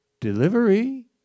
delivery